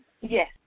Yes